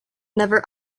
never